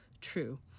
true